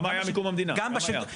כמה היה מקום המדינה כמה היה?